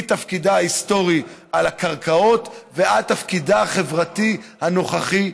מתפקידה ההיסטורי עם הקרקעות ועד תפקידה החברתי הנוכחי.